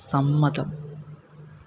സമ്മതം